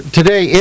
today